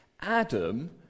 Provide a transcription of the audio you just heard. Adam